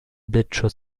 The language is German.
blitzschutz